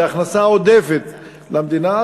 והכנסה עודפת למדינה,